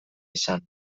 izan